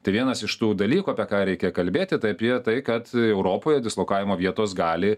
tai vienas iš tų dalykų apie ką reikia kalbėti tai apie tai kad europoje dislokavimo vietos gali